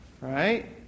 right